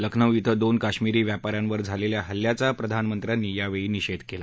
लखनऊ क्रिं दोन काश्मिरी व्यापाऱ्यांवर झालेल्या हल्ल्याचा प्रधानमंत्र्यांनी यावेळी निषेध केला